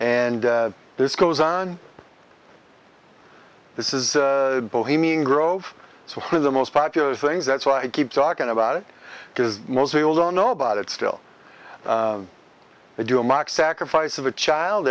and this goes on this is bohemian grove so when the most popular things that's why i keep talking about it because most people don't know about it still they do a mock sacrifice of a child